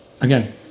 again